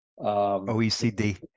OECD